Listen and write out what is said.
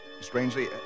Strangely